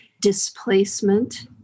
displacement